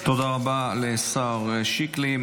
תודה רבה לשר שיקלי.